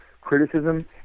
criticism